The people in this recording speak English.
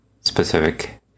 Specific